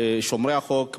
שומרי החוק,